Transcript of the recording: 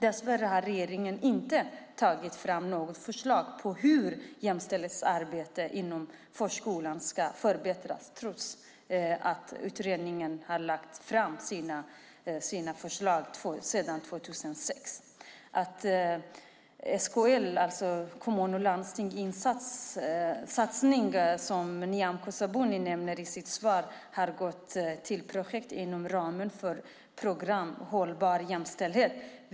Dess värre har regeringen inte tagit fram något förslag på hur jämställdhetsarbetet inom förskolan ska förbättras trots att utredningen lade fram sina förslag 2006. SKL:s - Sveriges Kommuner och Landsting - satsningar, som Nyamko Sabuni nämner i sitt svar, har gått till projekt inom ramen för programmet Hållbar jämställdhet.